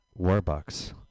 Warbucks